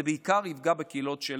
זה בעיקר יפגע בקהילות של